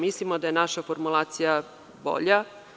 Mislimo da je naša formulacija bolja.